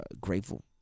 grateful